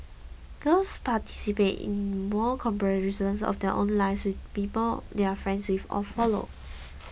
girls participate in more comparisons of their own lives with those of the people they are friends with or follow